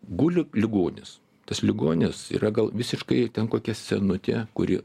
guli ligonis tas ligonis yra gal visiškai ten kokia senutė kuri